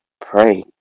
Pray